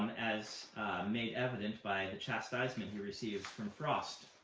as made evident by the chastisement he receives from frost.